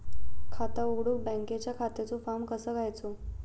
खाता उघडुक बँकेच्या खात्याचो फार्म कसो घ्यायचो?